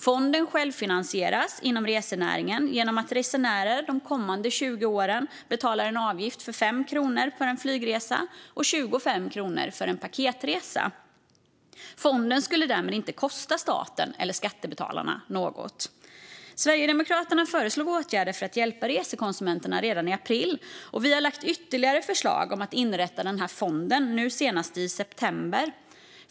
Fonden skulle självfinansieras inom resenäringen genom att resenärer de kommande 20 åren betalar en avgift på 5 kronor för en flygresa och 25 kronor för en paketresa. Fonden skulle därmed inte kosta staten eller skattebetalarna någonting. Sverigedemokraterna föreslog redan i april åtgärder för att hjälpa resekonsumenterna. Senast i september lade vi fram ytterligare förslag om att inrätta den här fonden.